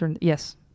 yes